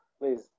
Please